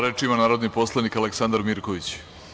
Reč ima narodni poslanik Aleksandar Mirković.